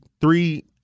three